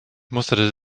musterte